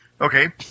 Okay